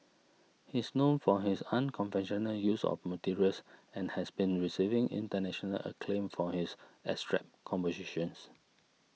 he is known for his unconventional use of materials and has been receiving international acclaim for his abstract compositions